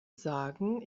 sagen